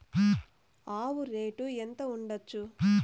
ఆవు రేటు ఎంత ఉండచ్చు?